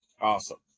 Awesome